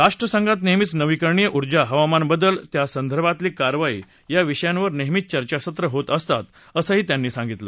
राष्ट्र संघात नेहमीच नवीकरणीय ऊर्जा हवामान बदल त्यासंदर्भातली कारवाई या विषयांवर नेहमीच चर्चासत्र होत असतात असंही त्यांनी सांगितलं